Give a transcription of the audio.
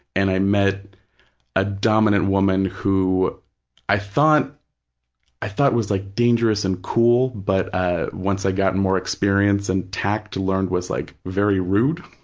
and i met a dominant woman who i thought i thought was like dangerous and cool, but ah once i got and more experience and tact, learned was like very rude.